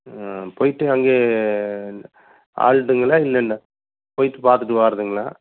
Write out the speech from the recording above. போய்விட்டு அங்கே ஆல்டுங்களா இல்லல்லை போய்விட்டு பார்த்துட்டு வாரதுங்களா